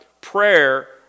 prayer